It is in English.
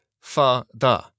fa-da